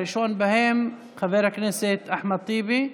הראשון בהם, חבר הכנסת אחמד טיבי.